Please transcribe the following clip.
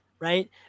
right